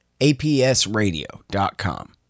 APSradio.com